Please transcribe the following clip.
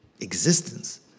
existence